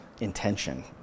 intention